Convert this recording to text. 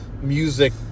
music